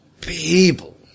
people